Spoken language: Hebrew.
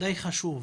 די חשוב.